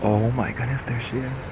my goodness there she is.